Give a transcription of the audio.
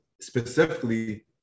specifically